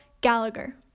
gallagher